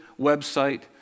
website